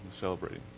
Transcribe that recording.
celebrating